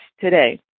today